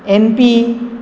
N P